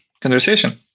conversation